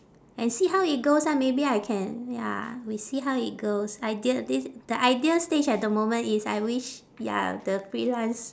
and see how it goes ah maybe I can ya we see how it goes ideal this the ideal stage at the moment is I wish ya the freelance